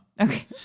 Okay